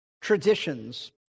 traditions